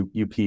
up